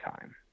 time